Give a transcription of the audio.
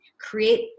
create